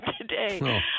today